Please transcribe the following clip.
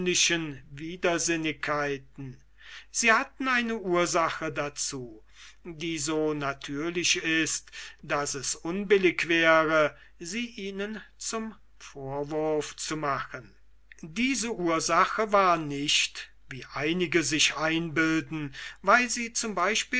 widersinnigkeiten sie hatten eine ursache dazu die so natürlich ist daß es unbillig wäre sie ihnen zum vorwurf zu machen diese ursache war nicht wie einige sich einbilden weil sie z